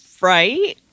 right